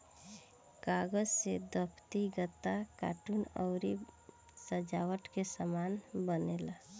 कागज से दफ्ती, गत्ता, कार्टून अउरी सजावट के सामान बनेला